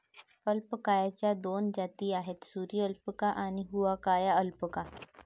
अल्पाकाच्या दोन जाती आहेत, सुरी अल्पाका आणि हुआकाया अल्पाका